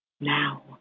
now